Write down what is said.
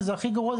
שזה הכי גרוע,